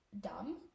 dumb